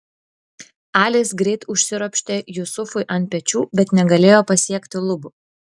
alis greit užsiropštė jusufui ant pečių bet negalėjo pasiekti lubų